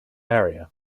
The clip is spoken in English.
area